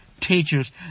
teachers